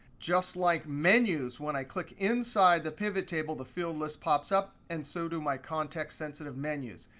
just like menus when i click inside the pivottable, the field list pops up and so do my context sensitive menus.